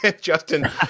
Justin